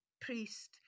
priest